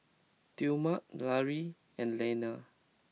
Tillman Larry and Leaner